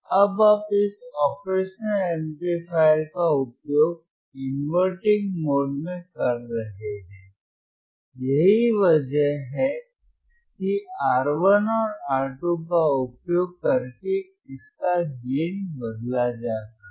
अब आप इस ऑपरेशनल एम्पलीफायर का उपयोग इनवर्टिंग मोड में कर रहे हैं यही वजह है कि R1 और R2 का उपयोग करके इसका गेन बदला जा सकता है